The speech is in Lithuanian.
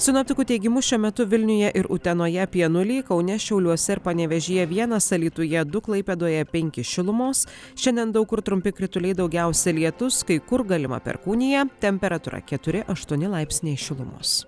sinoptikų teigimu šiuo metu vilniuje ir utenoje apie nulį kaune šiauliuose panevėžyje vienas alytuje du klaipėdoje penki šilumos šiandien daug kur trumpi krituliai daugiausia lietus kai kur galima perkūnija temperatūra keturi aštuoni laipsniai šilumos